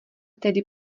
tedy